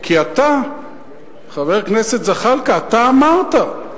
כי אתה, חבר הכנסת זחאלקה, אתה אמרת: